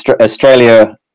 Australia